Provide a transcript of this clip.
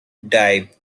dive